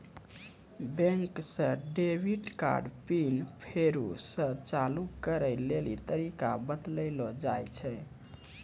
बैंके से debit card pin फेरु से चालू करै लेली तरीका बतैलो जाय छै